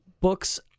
books